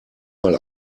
mal